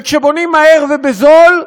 וכשבונים מהר ובזול,